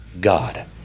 God